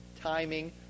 timing